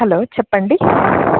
hello చెప్పండి